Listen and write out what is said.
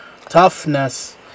toughness